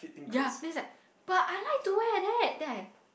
ya then is like but I like to wear like that then I